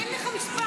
אין לך מספר.